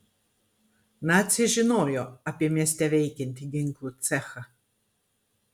naciai žinojo apie mieste veikiantį ginklų cechą